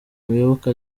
muyoboke